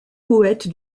poète